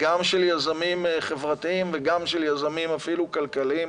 של יזמים חברתיים וגם של יזמים כלכליים